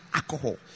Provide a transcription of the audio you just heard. alcohol